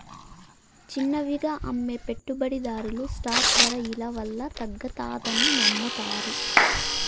చిన్నవిగా అమ్మే పెట్టుబడిదార్లు స్టాక్ దర ఇలవల్ల తగ్గతాదని నమ్మతారు